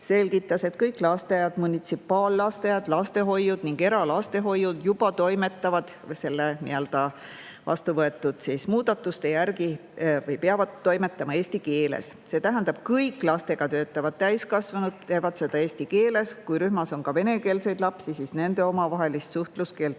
selgitas, et kõik lasteaiad, munitsipaallasteaiad, lastehoiud ning eralastehoiud juba toimetavad või peavad toimetama eesti keeles. See tähendab, et kõik lastega töötavad täiskasvanud teevad seda eesti keeles. Kui rühmas on ka venekeelseid lapsi, siis nende omavahelist suhtluskeelt